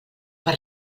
per